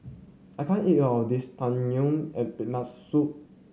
I can't eat all of this Tang Yuen with Peanut Soup